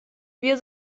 wir